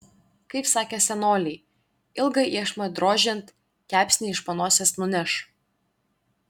kaip sakė senoliai ilgą iešmą drožiant kepsnį iš panosės nuneš